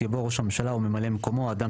יבוא 'ראש הממשלה וממלא מקומו או אדם